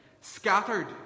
scattered